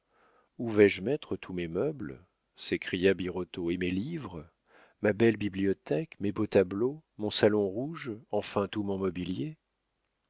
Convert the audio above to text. vais-je mettre tous mes meubles s'écria birotteau et mes livres ma belle bibliothèque mes beaux tableaux mon salon rouge enfin tout mon mobilier